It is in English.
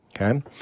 okay